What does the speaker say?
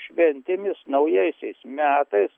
šventėmis naujaisiais metais